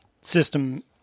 system